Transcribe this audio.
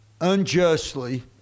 unjustly